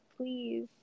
please